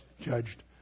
judged